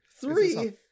Three